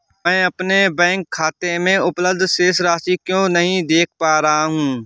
मैं अपने बैंक खाते में उपलब्ध शेष राशि क्यो नहीं देख पा रहा हूँ?